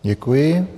Děkuji.